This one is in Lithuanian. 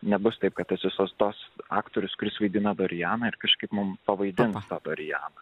nebus taip kad tos visos tos aktorius kuris vaidina dar jam ir kažkaip mums pavaidino sąnariams